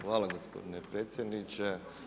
Hvala gospodin predsjedniče.